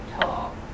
Tall